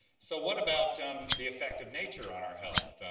so what about the effect of nature on our health?